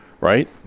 right